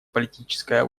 политическая